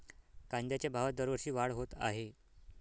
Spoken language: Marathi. कांद्याच्या भावात दरवर्षी वाढ होत आहे